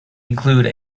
include